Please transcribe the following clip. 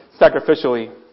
sacrificially